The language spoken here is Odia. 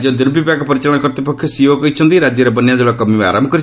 ରାଜ୍ୟ ଦୁର୍ବିପାକ ପରିଚାଳନା କର୍ତ୍ତ୍ୱପକ୍ଷ ସିଇଓ କହିଛନ୍ତି ରାଜ୍ୟରେ ବନ୍ୟାଜଳ କମିବା ଆରମ୍ଭ କରିଛି